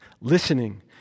listening